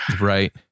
right